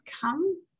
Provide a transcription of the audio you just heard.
come